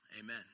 amen